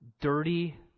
dirty